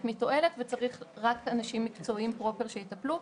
מתועלת וצריך רק אנשים מקצועיים פרופר שיטפלו.